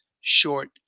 short